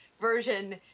version